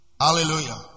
Hallelujah